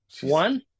one